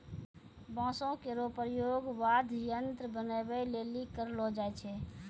बांसो केरो प्रयोग वाद्य यंत्र बनाबए लेलि करलो जाय छै